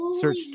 Search